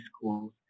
schools